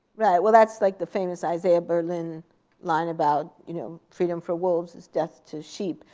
right, well that's like the famous isaiah berlin line about you know freedom for wolves is death to sheep.